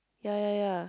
yea yea yea